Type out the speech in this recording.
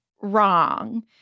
wrong